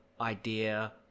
idea